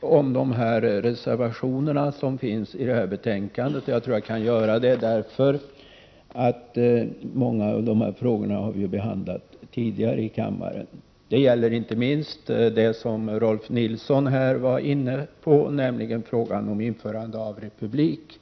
om reservationerna i betänkandet, och jag tror att jag kan göra det därför att många av de här frågorna har vi behandlat tidigare i kammaren. Det gäller inte minst den fråga som Rolf Nilson var inne på, nämligen frågan om införande av republik.